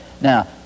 now